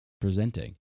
presenting